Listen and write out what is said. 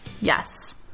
yes